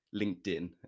LinkedIn